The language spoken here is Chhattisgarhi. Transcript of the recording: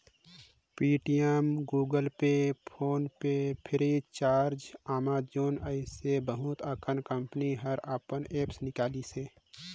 Paytm, Google pay, phone pay free, charge, Amazon जइसे बहुत अकन कंपनी हर अपन ऐप्स निकालिसे